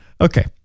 Okay